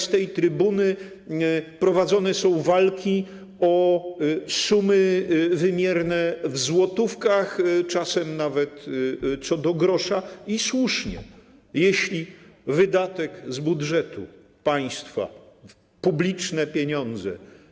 Z tej trybuny prowadzone są walki o wymierne sumy w złotówkach, czasem nawet co do grosza, i słusznie, jeśli to wydatek z budżetu państwa, publiczne pieniądze.